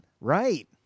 Right